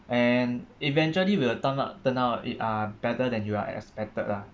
and eventually will turn turn out turn out it uh better than you are expected lah